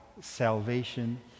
salvation